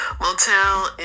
motel